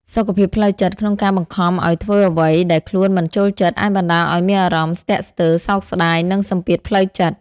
សុខភាពផ្លូវចិត្ត ក្នុងការបង្ខំឲ្យធ្វើអ្វីដែលខ្លួនមិនចូលចិត្ត អាចបណ្តាលឲ្យមានអារម្មណ៍ស្ទាក់ស្ទើរ សោកស្តាយ និងសំពាធផ្លូវចិត្ត។